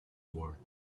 war